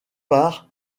par